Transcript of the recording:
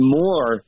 more